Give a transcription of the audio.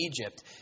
Egypt